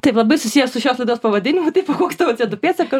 taip labai susiję su šios laidos pavadinimu taip o koks tavo cė o du pėdsakas